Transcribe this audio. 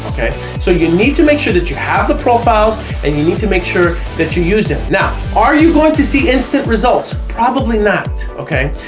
so you need to make sure that you have the profile and you need to make sure that you use this. now are you going to see instant results probably not, okay,